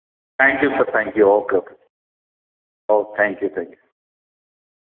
thank you sir thank you okay okay oh thank you thank U